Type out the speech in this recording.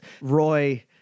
Roy